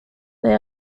they